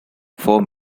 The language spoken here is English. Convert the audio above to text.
four